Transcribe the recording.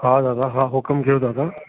हा दादा हा हुकुम कयो दादा